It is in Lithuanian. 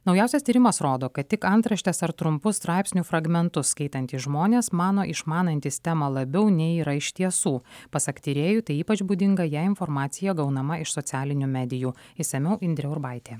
naujausias tyrimas rodo kad tik antraštes ar trumpų straipsnių fragmentus skaitantys žmonės mano išmanantys temą labiau nei yra iš tiesų pasak tyrėjų tai ypač būdinga jei informacija gaunama iš socialinių medijų išsamiau indrė urbaitė